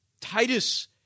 Titus